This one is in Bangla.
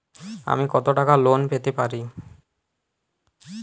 আমি কত টাকা লোন পেতে পারি?